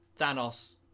Thanos